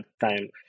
time